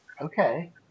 Okay